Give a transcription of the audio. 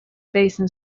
basin